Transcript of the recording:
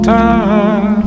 time